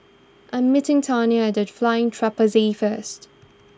I'm meeting Tiana at the Flying Trapeze first